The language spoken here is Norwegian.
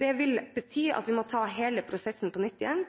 Det vil bety at vi må ta hele prosessen på nytt igjen.